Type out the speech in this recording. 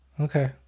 okay